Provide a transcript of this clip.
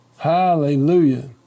Hallelujah